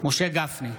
משה גפני,